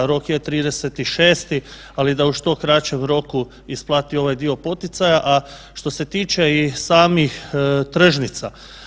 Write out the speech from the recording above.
Rok je 30.6. ali da u što kraćem roku isplati ovaj dio poticaja, a što se tiče i samih tržnica.